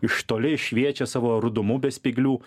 iš toli šviečia savo rudumu be spyglių